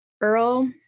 Earl